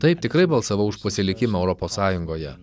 taip tikrai balsavau už pasilikimą europos sąjungoje